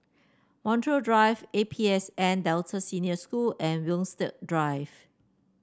Montreal Drive A P S N Delta Senior School and Winstedt Drive